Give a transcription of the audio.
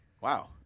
Wow